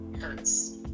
hurts